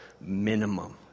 minimum